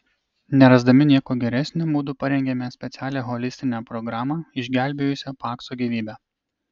nerasdami nieko geresnio mudu parengėme specialią holistinę programą išgelbėjusią pakso gyvybę